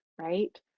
right